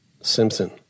Simpson